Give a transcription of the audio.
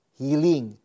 healing